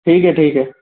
ठीक है ठीक है